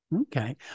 Okay